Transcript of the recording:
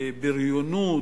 לבריונות,